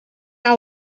anar